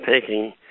taking